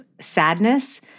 sadness